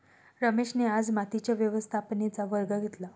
रमेशने आज मातीच्या व्यवस्थापनेचा वर्ग घेतला